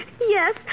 Yes